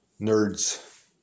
nerds